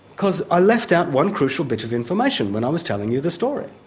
because i left out one crucial bit of information when i was telling you the story.